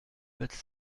pâtes